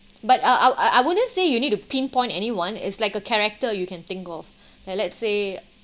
but uh I I wouldn't say you need to pinpoint anyone it's like a character you can think of like let's say